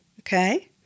okay